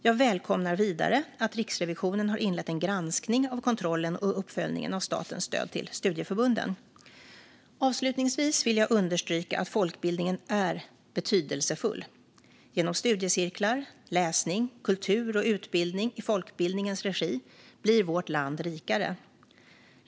Jag välkomnar vidare att Riksrevisionen har inlett en granskning av kontrollen och uppföljningen av statens stöd till studieförbunden. Avslutningsvis vill jag understryka att folkbildningen är betydelsefull. Genom studiecirklar, läsning, kultur och utbildning i folkbildningens regi blir vårt land rikare.